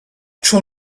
چون